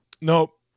nope